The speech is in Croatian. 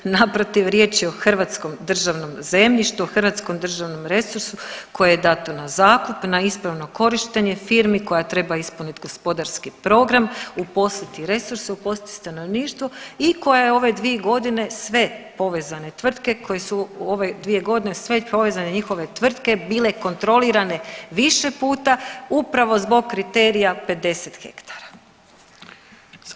Naprotiv riječ je o hrvatskom državnom zemljištu, hrvatskom državnom resursu koje je dato na zakup, na ispravno korištenje firmi koja treba ispuniti gospodarski program, uposliti resurse, uposliti stanovništva i koja je u ove dvije godine sve povezane tvrtke koje su u ove dvije godine sve povezane njihove tvrtke bile kontrolirane više puta upravo zbog kriterija 50 ha.